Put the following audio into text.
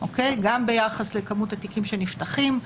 גם ביחס לכמות התיקים שנפתחים,